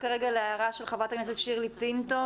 כרגע להערה של חברת הכנסת שירלי פינטו,